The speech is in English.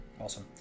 Awesome